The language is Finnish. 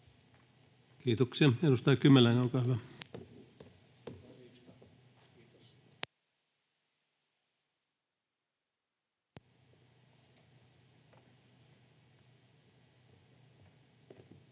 Kiitoksia. — Edustaja Kymäläinen, olkaa hyvä. [Speech